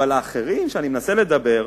אבל האחרים, כאשר אני מנסה לדבר אתם,